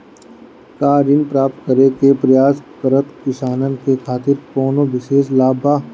का ऋण प्राप्त करे के प्रयास करत किसानन के खातिर कोनो विशेष लाभ बा